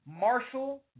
Marshall